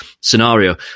scenario